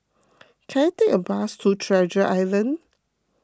can I take a bus to Treasure Island